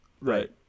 right